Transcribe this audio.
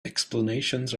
explanations